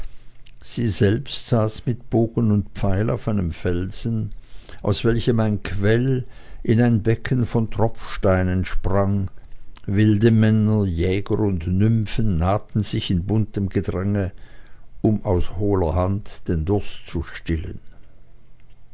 sie selbst saß mit bogen und pfeil auf einem felsen aus welchem ein quell in ein becken von tropfsteinen sprang wilde männer jäger und nymphen nahten sich in buntem gedränge um aus hohler hand den durst zu stillen